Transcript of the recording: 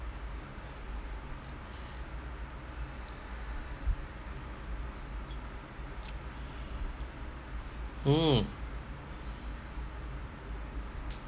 mm